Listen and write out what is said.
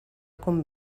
com